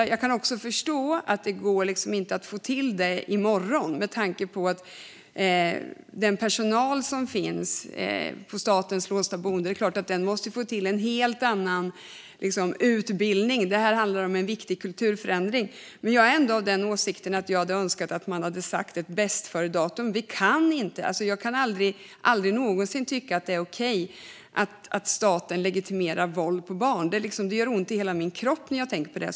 Men jag kan också förstå att det inte går att få till detta i morgon, med tanke på att personalen på statens låsta boenden måste få en helt annan utbildning. Det handlar ju om en viktig kulturförändring. Men jag är ändå av åsikten att man borde ha satt ett bästföredatum. Jag kan aldrig någonsin tycka att det är okej att staten legitimerar våld mot barn. Det gör ont i hela min kropp när jag tänker på det.